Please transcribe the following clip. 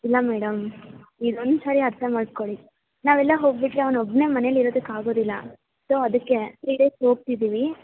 ಇಲ್ಲ ಮೇಡಮ್ ಇದೊಂದು ಸರಿ ಅರ್ಥ ಮಾಡ್ಕೊಳ್ಳಿ ನಾವೆಲ್ಲ ಹೋಗಿಬಿಟ್ರೆ ಅವನೊಬ್ನೆ ಮನೇಲಿರೋದಕ್ಕಾಗೋದಿಲ್ಲ ಸೊ ಅದಕ್ಕೆ ತ್ರೀ ಡೇಸ್ ಹೋಗ್ತಿದ್ದೀವಿ